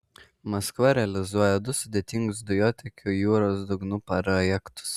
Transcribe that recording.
maskva realizuoja du sudėtingus dujotiekių jūros dugnu projektus